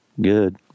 good